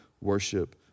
worship